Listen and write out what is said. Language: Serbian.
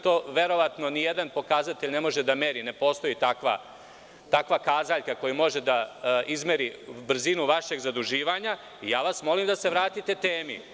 To verovatno ni jedan pokazatelj ne može da meri, ne postoji takva kazaljka koja može da izmeri brzinu vašeg zaduživanja i ja vas molim da se vratite temi.